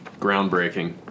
Groundbreaking